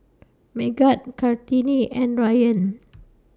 Megat Kartini and Ryan